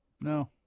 no